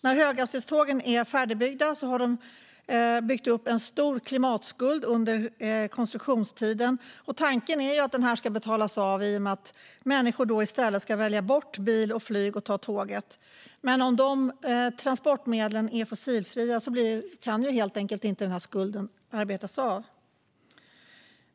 När höghastighetsbanorna är färdigbyggda har de under konstruktionstiden byggt upp en stor klimatskuld, och tanken är att denna skuld ska betalas av i och med att människor ska välja bort bil och flyg och ta tåget. Men om de transportmedlen är fossilfria kan skulden helt enkelt inte betalas av.